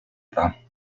pas